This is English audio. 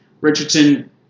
Richardson